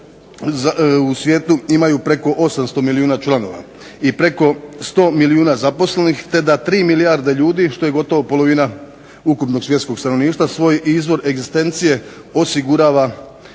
u svijetu imaju preko 800 milijuna članova i preko 100 milijuna zaposlenih te da 3 milijarde ljudi, što je gotovo polovina ukupnog svjetskog stanovništva, svoj izvor egzistencije osigurava